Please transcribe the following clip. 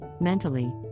mentally